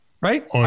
Right